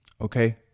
okay